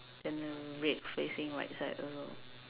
and the red facing right side also